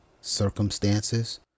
circumstances